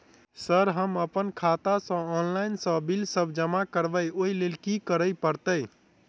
Sir हम अप्पन खाता सऽ ऑनलाइन सऽ बिल सब जमा करबैई ओई लैल की करऽ परतै?